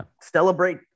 celebrate